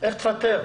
איך תפטר?